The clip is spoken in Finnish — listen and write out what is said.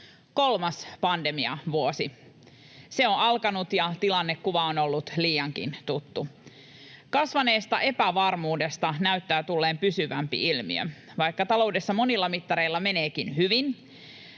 Kolmas pandemiavuosi on alkanut, ja tilannekuva on ollut liiankin tuttu. Kasvaneesta epävarmuudesta näyttää tulleen pysyvämpi ilmiö. Vaikka taloudessa monilla mittareilla meneekin hyvin,